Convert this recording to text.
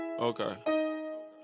Okay